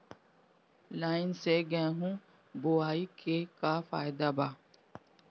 Line से गेहूं बोआई के का फायदा बा?